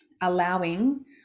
allowing